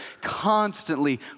constantly